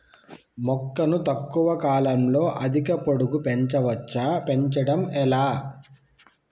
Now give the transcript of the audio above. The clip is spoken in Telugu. మొక్కను తక్కువ కాలంలో అధిక పొడుగు పెంచవచ్చా పెంచడం ఎలా?